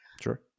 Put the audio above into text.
Sure